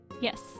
Yes